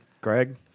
Greg